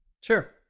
sure